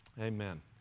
Amen